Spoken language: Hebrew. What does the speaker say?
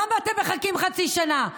למה אתם מחכים חצי שנה?